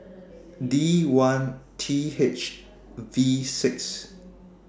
D one T H V six